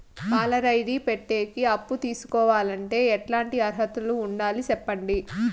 పాల డైరీ పెట్టేకి అప్పు తీసుకోవాలంటే ఎట్లాంటి అర్హతలు ఉండాలి సెప్పండి?